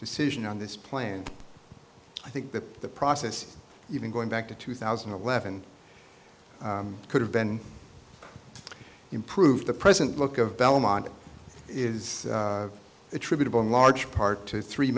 decision on this plan i think that the process even going back to two thousand and eleven could have been improved the present look of belmont is attributable in large part to three